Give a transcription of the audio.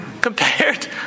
compared